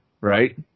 right